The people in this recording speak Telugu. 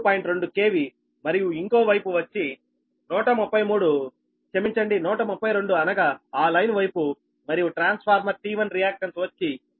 2 KV మరియు ఇంకో వైపు వచ్చి 132 అనగా ఆ లైన్ వైపు మరియు ట్రాన్స్ఫార్మర్ T1 రియాక్టన్స్ వచ్చి 0